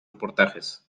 reportajes